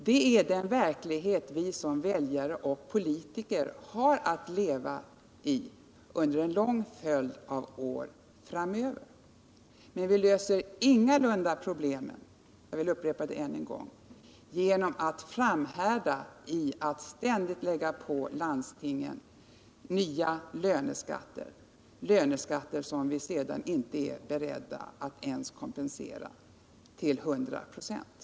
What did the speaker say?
Det är den verklighet vi som väljare och politiker har att leva i under en lång följd av år framöver. Men vi löser ingalunda problemen — jag vill upprepa det än en gång — genom att framhärda i att ständigt lägga på landstingen nya löneskatter, löneskatter som vi sedan inte är beredda att ens kompensera till 100 96.